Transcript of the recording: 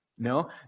No